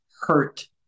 hurt